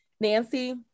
Nancy